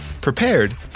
prepared